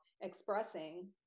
expressing